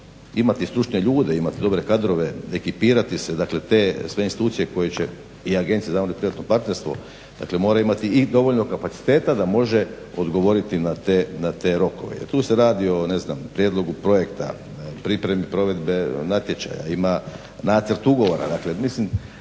imati stručne ljude, imati dobre kadrove, ekipirati se. Dakle, te sve institucije koje će i Agencije za javno-privatno partnerstvo, dakle moraju imati i dovoljno kapaciteta da može odgovoriti na te rokove. Jer tu se radi o ne znam prijedlogu projekta, pripremi provedbe natječaja, ima nacrt ugovora. Dakle, mislim